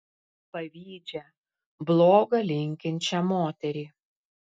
pavydžią bloga linkinčią moterį